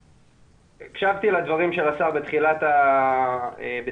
הקשבתי לדברים של השר בתחילת הוועדה,